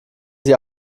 sie